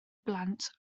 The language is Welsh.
blant